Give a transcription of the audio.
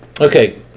Okay